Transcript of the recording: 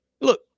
look